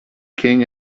king